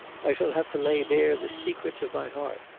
i shall have to lay bare the secrets of my heart.